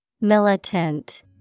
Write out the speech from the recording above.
Militant